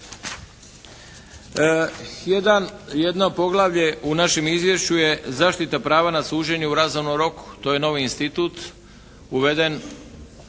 Jedno poglavlje u našem izvješću je zaštita prava na suđenje u razumnom roku. To je novi institut uveden